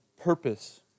purpose